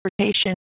transportation